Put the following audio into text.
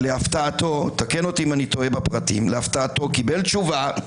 ולהפתעתו תקן אותי אם אני טועה בפרטים קיבל תשובה,